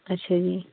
ਅੱਛਾ ਜੀ